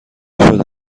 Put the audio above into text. شده